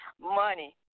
Money